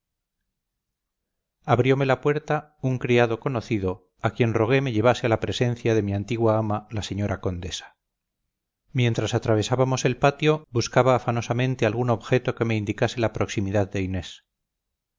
abriome la puerta un criado conocido a quien rogué me llevase a presencia de mi antigua ama laseñora condesa mientras atravesábamos el patio buscaba afanosamente algún objeto que me indicase la proximidad de inés